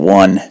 one